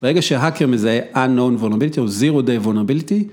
ברגע שהאקר מזהה Unknown vulnerability, או Zero day vulnerability,